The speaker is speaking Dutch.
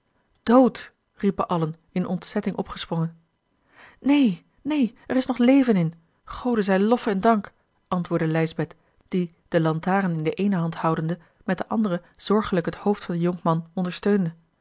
dood riepen allen in ontzetting opgesprongen neen neen er is nog leven in gode zij lof en dank antwoordde lijsbeth die de lantaren in de eene hand houdende met de andere zorgelijk het hoofd van den jonkman ondersteunde